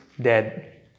dead